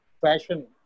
fashion